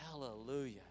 Hallelujah